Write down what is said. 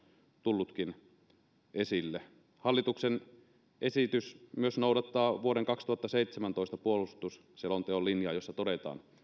tullutkin esille hallituksen esitys myös noudattaa vuoden kaksituhattaseitsemäntoista puolustusselonteon linjaa siinä todetaan